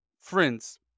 friends